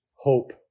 Hope